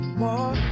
more